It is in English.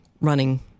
running